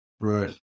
Right